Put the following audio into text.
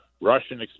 Russian